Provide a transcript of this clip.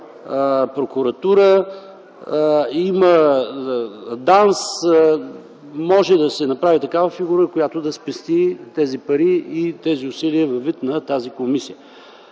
Прокуратура, има ДАНС – може да се направи такава фигура, която да спести тези пари и тези усилия във вид на тази комисия.